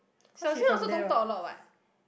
Xiao-Shen also don't talk a lot what